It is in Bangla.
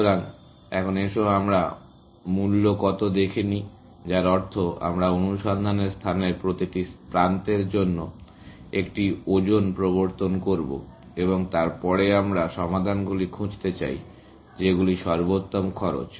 সুতরাং এখন এসো আমরা মূল্য কত দেখে নেই যার অর্থ আমরা অনুসন্ধানের স্থানের প্রতিটি প্রান্তের জন্য একটি ওজন প্রবর্তন করব এবং তারপরে আমরা সমাধানগুলি খুঁজতে চাই যেগুলি সর্বোত্তম খরচ